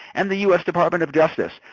and the u s. department of justice.